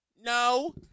no